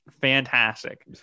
Fantastic